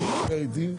הוא דיבר איתי.